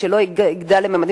שבמקרה הגיע אליה הסיפור